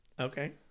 Okay